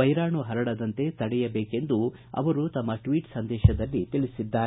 ವೈರಾಣು ಹರಡದಂತೆ ತಡೆಯಬೇಕೆಂದು ಅವರು ತಮ್ಮ ಟ್ವೀಟ್ ಸಂದೇಶದಲ್ಲಿ ತಿಳಿಸಿದ್ದಾರೆ